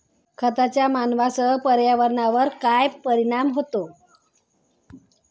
खतांचा मानवांसह पर्यावरणावर काय परिणाम होतो?